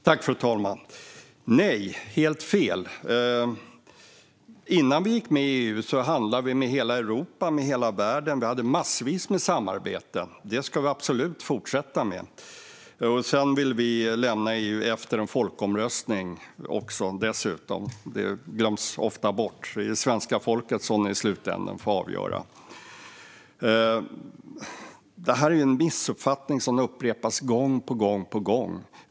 Fru talman! Nej, det är helt fel. Innan vi gick med i EU handlade vi med hela Europa och hela världen och hade massvis med samarbeten. Det ska vi absolut fortsätta med. Dessutom vill vi lämna EU efter en folkomröstning. Det glöms ofta bort, men det är svenska folket som i slutändan ska få avgöra. Det finns missuppfattningar som upprepas gång på gång.